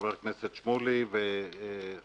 חבר הכנסת שמולי והשר